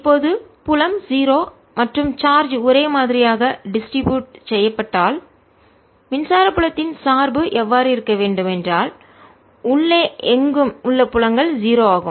இப்போது புலம் 0 மற்றும் சார்ஜ் ஒரே மாதிரியாக டிஸ்ட்ரிபியூட் செய்யப்பட்டால் மின்சார புலத்தின் சார்பு எவ்வாறு இருக்க வேண்டும் என்றால் உள்ளே எங்கும் உள்ள புலங்கள் 0 ஆகும்